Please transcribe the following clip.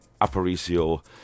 Aparicio